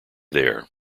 there